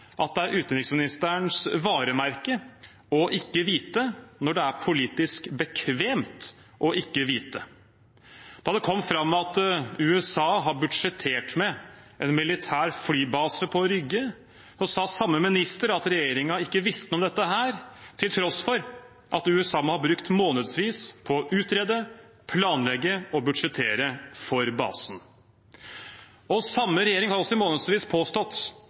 at det er utenriksministerens varemerke å ikke vite når det er politisk bekvemt å ikke vite. Da det kom fram at USA har budsjettert med militær flybase på Rygge, sa samme minister at regjeringen ikke visste noe om dette, til tross for at USA må ha brukt månedsvis på å utrede, planlegge og budsjettere for basen. Samme regjering har også i månedsvis påstått